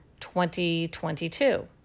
2022